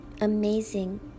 amazing